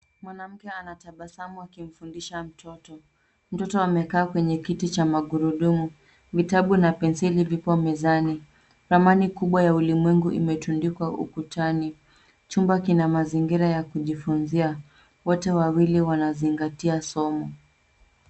Mwanamke anatabasamu akimfundisha mtoto. Mtoto amekaa kwenye kiti cha magurudumu. Vitabu na penseli vipo mezani, ramani kubwa ya ulimwenguni imetundikwa ukutani. Chumba kina mazingira ya kujifunzia, wote wawili wanazingatia somo.